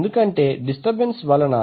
ఎందుకంటే డిస్టర్బెన్స్ వలన